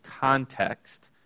context